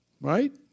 Right